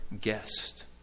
guest